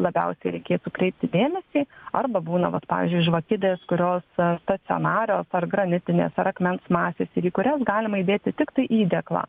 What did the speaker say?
labiausiai reikėtų kreipti dėmesį arba būna vat pavyzdžiui žvakidės kurios stacionarios ar granitinės ar akmens masės ir į kurias galima įdėti tiktai įdėklą